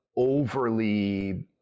overly